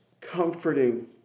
comforting